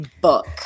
book